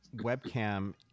webcam